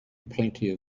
plenty